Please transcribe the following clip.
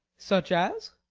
such as?